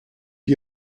you